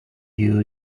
you